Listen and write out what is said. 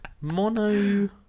Mono